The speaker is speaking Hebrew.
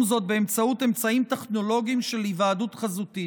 זאת באמצעות אמצעים טכנולוגיים של היוועדות חזותית.